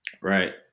right